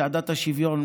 צעדת השוויון,